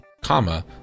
comma